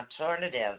alternative